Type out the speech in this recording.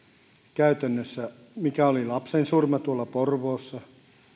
käytännössä mikä oli lapsensurma tuolla porvoossa